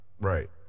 Right